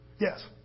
Yes